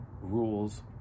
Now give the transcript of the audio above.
rules